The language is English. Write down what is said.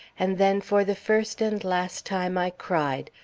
and then for the first and last time i cried,